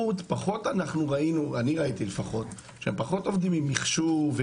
בכבאות וראיתי שפחות עובדים עם מחשוב,